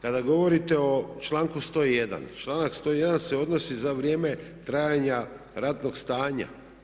Kada govorite o članku 101, članak 101. se odnosi za vrijeme trajanja ratnog stanja.